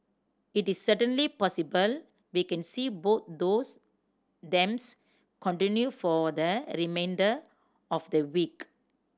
it is certainly possible we can see both those themes continue for the remainder of the week